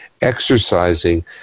exercising